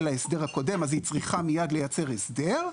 ההסדר הקודם ולכן היא צריכה מיד לייצר הסדר.